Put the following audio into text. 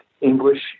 English